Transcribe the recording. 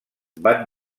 van